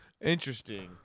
Interesting